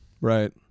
Right